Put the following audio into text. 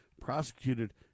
prosecuted